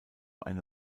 eine